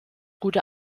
gute